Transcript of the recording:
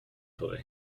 play